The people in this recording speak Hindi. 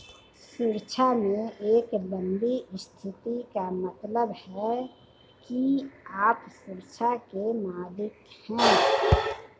सुरक्षा में एक लंबी स्थिति का मतलब है कि आप सुरक्षा के मालिक हैं